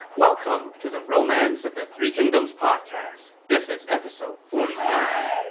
welcome to the romance of the three kingdoms podcast. this is episode forty nine